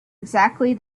exactly